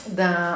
da